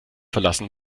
verlassen